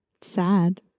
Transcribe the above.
sad